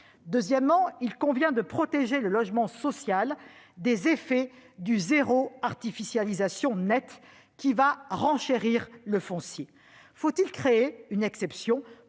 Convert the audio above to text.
Deuxièmement, il convient de protéger le logement social des effets de l'objectif « zéro artificialisation nette », qui va renchérir le coût du foncier. Faut-il créer une exception